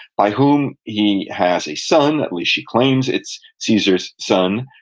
by whom he has a son, at least she claims it's caesar's son,